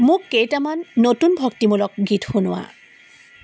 মোক কেইটামান নতুন ভক্তিমূলক গীত শুনোৱা